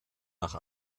nach